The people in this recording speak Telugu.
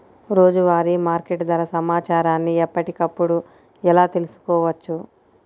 రోజువారీ మార్కెట్ ధర సమాచారాన్ని ఎప్పటికప్పుడు ఎలా తెలుసుకోవచ్చు?